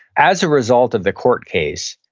as a result of the court case,